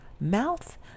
mouth